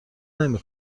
نمی